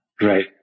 Right